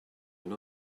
une